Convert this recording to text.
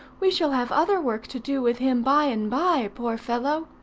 we shall have other work to do with him by and by, poor fellow!